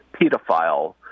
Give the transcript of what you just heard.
pedophile